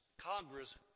Congress